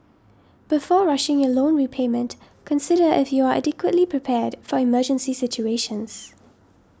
before rushing your loan repayment consider if you are adequately prepared for emergency situations